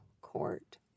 Court